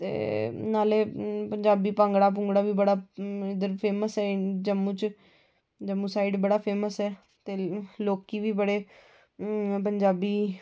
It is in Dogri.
ते नाले पंजाबी भांगडे़ बी बड़े चलदे इद्धर फेमस ऐ जम्मू च जम्मू साईड बड़ा फेमस ऐ लोकी बी बड़े पंजाबी गी